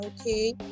Okay